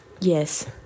Yes